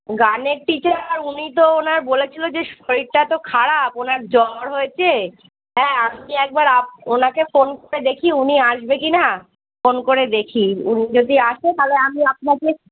গানের টিচার উনি তো ওনার বলেছিলো যে শরীরটা তো খারাপ ওনার জ্বর হয়েছে হ্যাঁ আপনি একবার আপ ওনাকে ফোন করে দেখি উনি আসবে কি না ফোন করে দেখি উনি যদি আসে তাহলে আমি আপনাকে